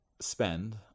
spend